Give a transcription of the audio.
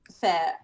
Fair